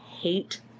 hate